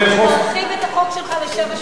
להרחיב את החוק שלך לשבע שנים.